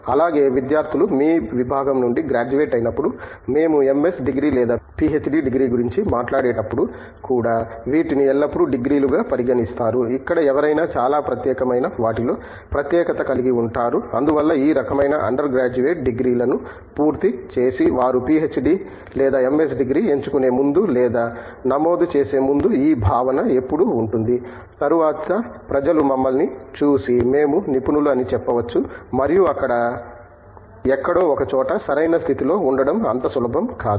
అలాగే విద్యార్థులు మీ విభాగం నుండి గ్రాడ్యుయేట్ అయినప్పుడు మేము ఎంఎస్ డిగ్రీ లేదా పిహెచ్డి డిగ్రీ గురించి మాట్లాడేటప్పుడు కూడా వీటిని ఎల్లప్పుడూ డిగ్రీలుగా పరిగణిస్తారు ఇక్కడ ఎవరైనా చాలా ప్రత్యేకమైన వాటిలో ప్రత్యేకత కలిగి ఉంటారు అందువల్ల ఈ రకమైన అండర్ గ్రాడ్యుయేట్ డిగ్రీలను పూర్తిచేసి వారు పీహెచ్డీ లేదా ఎంఎస్ డిగ్రీ ఎంచుకునే ముందు లేదా నమోదు చేసే ముందు ఈ భావన ఎప్పుడూ ఉంటుంది తరువాత ప్రజలు మమ్మల్ని చూసి మేము నిపుణులు అని చెప్పవచ్చు మరియు అక్కడ ఎక్కడో ఒక చోట సరైన స్థితి లో ఉండడం అంత సులభం కాదు